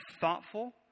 thoughtful